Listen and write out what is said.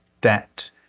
debt